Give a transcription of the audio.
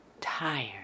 tired